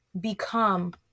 become